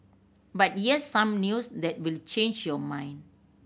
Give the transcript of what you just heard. but here's some news that will change your mind